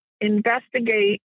investigate